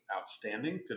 Outstanding